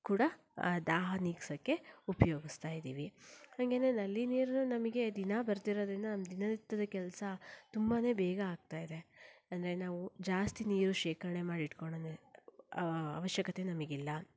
ಕೂಡ ದಾಹ ನೀಗ್ಸೋಕ್ಕೆ ಉಪಯೋಗಿಸ್ತಾ ಇದ್ದೀವಿ ಹಾಗೆನೇ ನಲ್ಲಿ ನೀರು ನಮಗೆ ದಿನ ಬರ್ತಿರೋದರಿಂದ ನಮ್ಮ ದಿನನಿತ್ಯದ ಕೆಲಸ ತುಂಬಾ ಬೇಗ ಆಗ್ತಾ ಇದೆ ಅಂದರೆ ನಾವು ಜಾಸ್ತಿ ನೀರು ಶೇಖರಣೆ ಮಾಡಿ ಇಟ್ಕೋಳೋ ಅವಶ್ಯಕತೆ ನಮಗಿಲ್ಲ